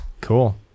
cool